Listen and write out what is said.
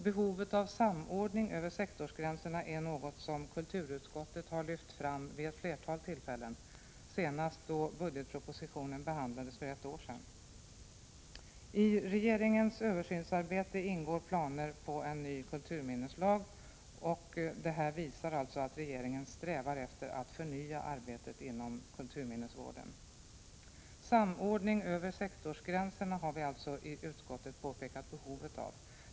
Behovet av samordning över sektorsgränserna är något som kulturutskottet lyft fram vid ett flertal tillfällen — senast då budgetpropositionen behandlades för ett år sedan. I regeringens översynsarbete ingår planerna på en ny kulturminneslag. Det visar att regeringen strävar efter att förnya arbetet inom kulturminnesvården. Vi har i utskottet påpekat behovet av samordning över sektorsgränserna.